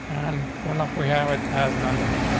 and sure enough, we have it has an underlying.